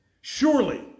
Surely